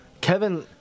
Kevin